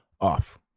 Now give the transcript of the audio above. off